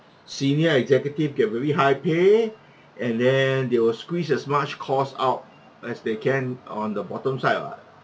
senior executive get very high pay and then they will squeeze as much cost out as they can on the bottom side [what]